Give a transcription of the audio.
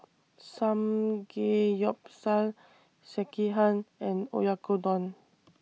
Samgeyopsal Sekihan and Oyakodon